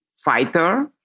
Fighter